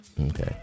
Okay